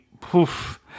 poof